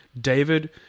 David